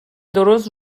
درست